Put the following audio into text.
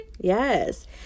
Yes